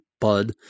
Bud